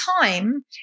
time